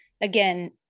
again